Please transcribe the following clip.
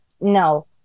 No